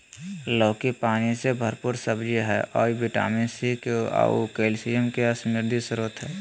लौकी पानी से भरपूर सब्जी हइ अ विटामिन सी, के आऊ कैल्शियम के समृद्ध स्रोत हइ